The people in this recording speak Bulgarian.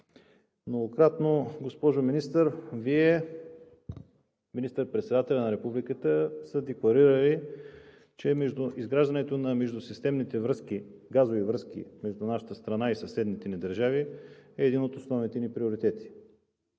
Многократно, госпожо Министър, Вие, министър-председателят на републиката сте декларирали, че между изграждането на междусистемните газови връзки между нашата страна и съседните ни държави е един от основните ни приоритети.